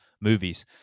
movies